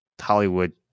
Hollywood